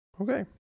Okay